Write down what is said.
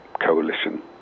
coalition